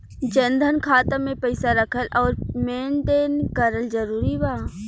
जनधन खाता मे पईसा रखल आउर मेंटेन करल जरूरी बा?